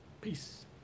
Peace